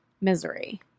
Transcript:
Misery